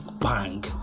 bang